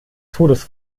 todes